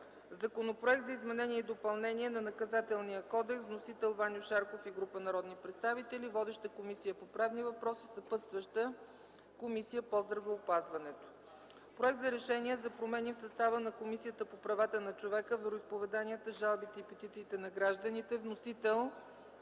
Законопроект за изменение и допълнение на Наказателния кодекс. Вносители: Ваньо Шарков и група народни представители. Водеща е Комисията по правни въпроси. Съпътстваща е Комисията по здравеопазването. Проект за решение за промени в състава на Комисията по правата на човека, вероизповеданията, жалбите и петициите на гражданите. Вносители